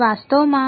તેથી વાસ્તવમાં છે